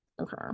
Okay